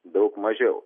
daug mažiau